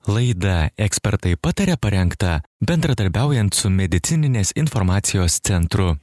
laida ekspertai pataria parengta bendradarbiaujant su medicininės informacijos centru